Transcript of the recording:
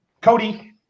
Cody